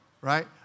Right